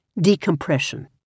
decompression